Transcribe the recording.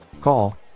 Call